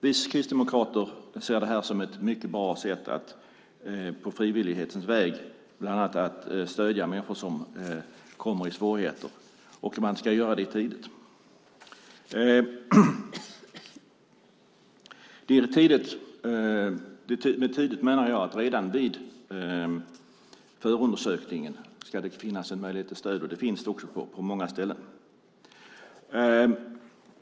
Vi kristdemokrater ser detta som ett mycket bra sätt att på frivillighetens väg stödja människor som kommer i svårigheter, och det ska ske tidigt. Med tidigt menar jag att det ska finns möjligheter till stöd redan vid förundersökningen, och det finns också på många ställen.